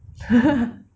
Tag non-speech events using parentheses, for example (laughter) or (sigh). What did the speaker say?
(laughs)